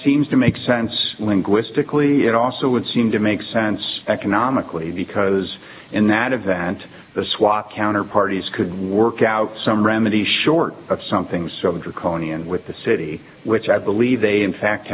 seems to make sense linguistically it also would seem to make sense economically because in that event the swat counter parties could work out some remedy short of something so draconian with the city which i believe they in fact